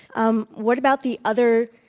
um, what about the other,